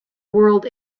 world